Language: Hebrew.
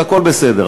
הכול בסדר.